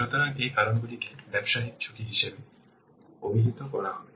সুতরাং এই কারণগুলিকে ব্যবসায়িক ঝুঁকি হিসাবে অভিহিত করা হবে